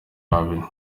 babiri